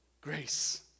grace